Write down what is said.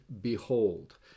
Behold